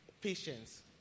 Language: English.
patience